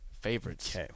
favorites